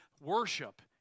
worship